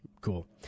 Cool